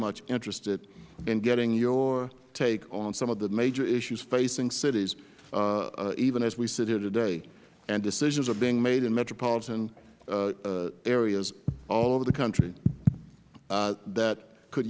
much interested in getting your take on some of the major issues facing cities even as we sit here today decisions are being made in metropolitan areas all over the country that could